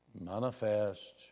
manifest